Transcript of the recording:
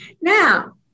Now